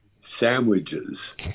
sandwiches